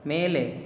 ಮೇಲೆ